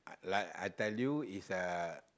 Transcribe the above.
I like I tell you is a